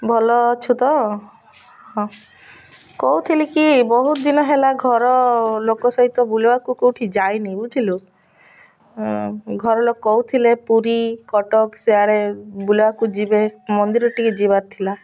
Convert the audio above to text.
ଭଲ ଅଛୁ ତ ହଁ କହୁଥିଲ କି ବହୁତ ଦିନ ହେଲା ଘର ଲୋକ ସହିତ ବୁଲିବାକୁ କେଉଁଠି ଯାଇନି ବୁଝିଲୁ ଘର ଲୋକ କହୁଥିଲେ ପୁରୀ କଟକ ସିଆଡ଼େ ବୁଲିବାକୁ ଯିବେ ମନ୍ଦିର ଟିକେ ଯିବାର ଥିଲା